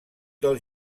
del